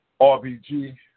RBG